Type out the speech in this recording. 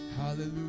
Hallelujah